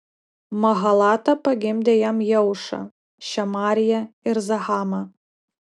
mahalata pagimdė jam jeušą šemariją ir zahamą